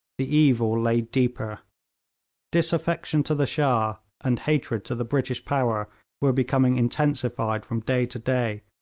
the evil lay deeper disaffection to the shah and hatred to the british power were becoming intensified from day to day,